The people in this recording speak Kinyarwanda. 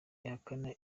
ihakana